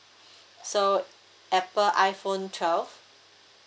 so Apple iphone twelve